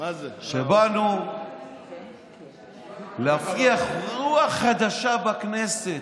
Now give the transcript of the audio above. באנו להפריח רוח חדשה בכנסת.